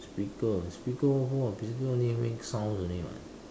speaker speaker what for speaker only make sounds only [what]